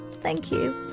thank you.